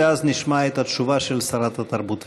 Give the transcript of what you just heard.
ואז נשמע את התשובה של שרת התרבות והספורט.